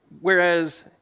whereas